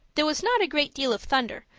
there was not a great deal of thunder,